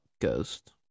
Ghost